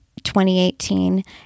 2018